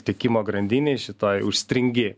tiekimo grandinėj šitoj užstringi